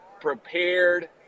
prepared